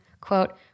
quote